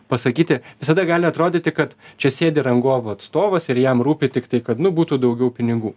pasakyti visada gali atrodyti kad čia sėdi rangovų atstovas ir jam rūpi tiktai kad nu būtų daugiau pinigų